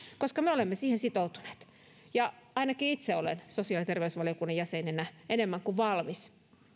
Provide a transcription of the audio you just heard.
koska me olemme siihen sitoutuneet ainakin itse olen sosiaali ja terveysvaliokunnan jäsenenä enemmän kuin valmis